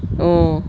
oh